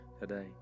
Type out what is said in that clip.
today